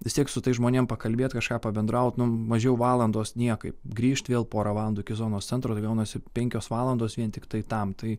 vis tiek su tais žmonėm pakalbėt kažką pabendraut nu mažiau valandos niekaip grįžt vėl pora valandų iki zonos centro tai gaunasi penkios valandos vien tiktai tam tai